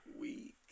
Week